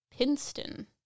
pinston